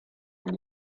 gli